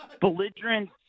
belligerent